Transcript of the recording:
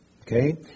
Okay